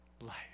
Life